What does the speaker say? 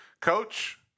Coach